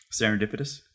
serendipitous